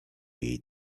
jej